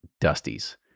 Dusty's